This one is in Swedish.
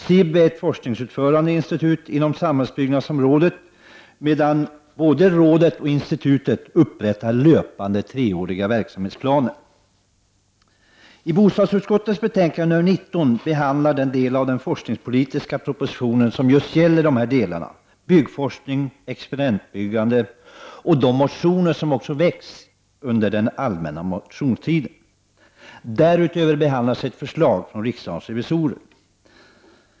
SIB är ett forskningsutförande institut inom samhällsbyggnadsområdet, medan både rådet och institutet upprättar löpande treåriga verksamhetsplaner. I bostadsutskottets betänkande nr 19 behandlas den del av den forskningspolitiska propositionen som gäller just byggnadsforskning och experimentbyggande samt de motioner som väckts under den allmänna motionstiden. Därutöver behandlas ett förslag från riksdagens revisorer.